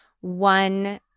one